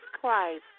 Christ